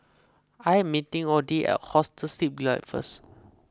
I am meeting Audie at Hostel Sleep Delight first